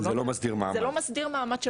זה לא מסדיר מעמד.